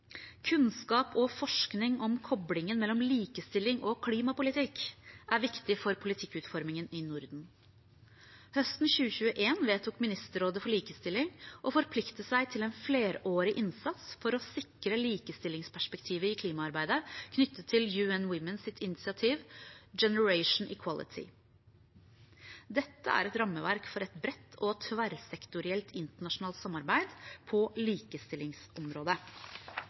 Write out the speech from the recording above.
Kunnskap og forskning om koblingen mellom likestilling og klimapolitikk er viktig for politikkutformingen i Norden. Høsten 2021 vedtok ministerrådet for likestilling å forplikte seg til en flerårig innsats for å sikre likestillingsperspektivet i klimaarbeidet knyttet til UN Women sitt initiativ, Generation Equality. Dette er et rammeverk for et bredt og tverrsektorielt internasjonalt samarbeid på likestillingsområdet.